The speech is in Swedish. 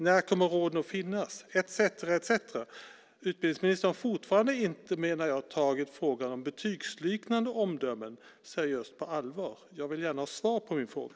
När kommer råden att finnas etcetera? Utbildningsministern har fortfarande inte, menar jag, tagit frågan om betygsliknande omdömen på allvar. Jag vill gärna ha svar på min fråga.